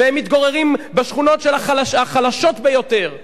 והם מתגוררים בשכונות החלשות ביותר.